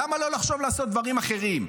למה לא לחשוב לעשות דברים אחרים?